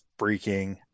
freaking